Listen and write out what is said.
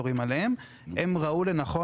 הן ראו לנכון,